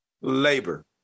labor